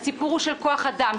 הסיפור הוא של כוח אדם,